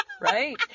Right